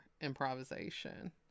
improvisation